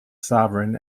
sovereign